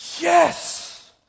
Yes